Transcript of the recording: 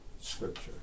scripture